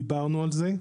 דיברנו על זה.